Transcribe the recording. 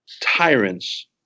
tyrants